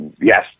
yes